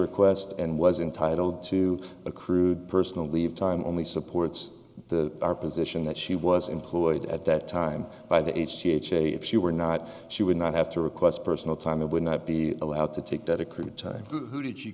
request and was entitled to a crude personal leave time only supports the our position that she was employed at that time by the h a h a if she were not she would not have to request personal time it would not be allowed to take that